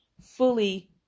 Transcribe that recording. fully